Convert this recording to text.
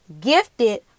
gifted